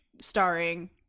starring